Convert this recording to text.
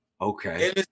okay